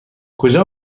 کجا